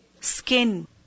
Skin